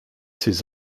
ces